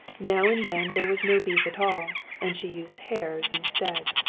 now and then there was no beef at all, and she used hares instead.